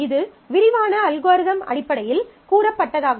இது விரிவான அல்காரிதம் அடிப்படையில் கூறப்பட்டதாகும்